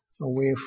away